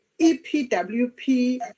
EPWP